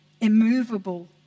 immovable